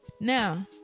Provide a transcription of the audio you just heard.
Now